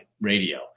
radio